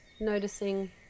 noticing